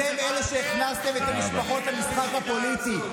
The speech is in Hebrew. אתם אלה שהכנסתם את המשפחות למשחק הפוליטי.